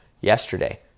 Yesterday